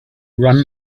run